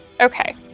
Okay